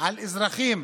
על אזרחים.